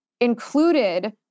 included